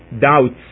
doubts